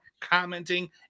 commenting